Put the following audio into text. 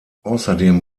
außerdem